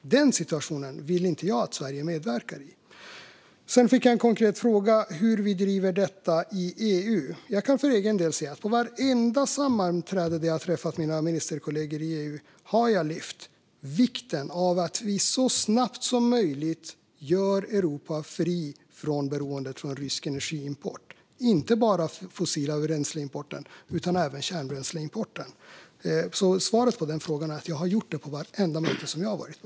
Den situationen vill inte jag att Sverige medverkar till. Jag fick en konkret fråga om hur vi driver detta i EU. Jag kan för egen del säga att jag på vartenda sammanträde där jag har träffat mina ministerkollegor i EU har lyft fram vikten av att så snabbt som möjligt göra Europa fritt från beroendet av energiimport från Ryssland. Det gäller inte bara importen av fossila bränslen utan även kärnbränsleimporten. Svaret på den frågan är att jag har gjort detta på vartenda möte som jag har varit på.